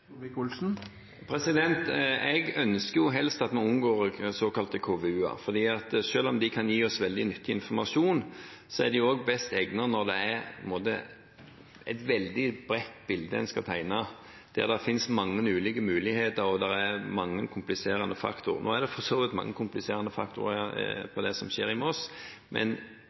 Jeg ønsker helst at vi unngår såkalte KVU-er, for selv om de kan gi oss veldig nyttig informasjon, er de også best egnet når det er et veldig bredt bilde en skal tegne, der det finnes mange ulike muligheter, og det er mange kompliserende faktorer. Nå er det for så vidt mange kompliserende faktorer i det som skjer i Moss, men